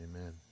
Amen